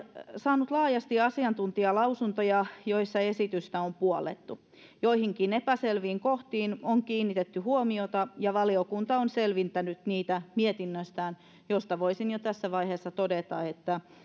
saanut laajasti asiantuntijalausuntoja joissa esitystä on puollettu joihinkin epäselviin kohtiin on kiinnitetty huomiota ja valiokunta on selvittänyt niitä mietinnössään josta voisin jo tässä vaiheessa todeta että